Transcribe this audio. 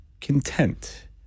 content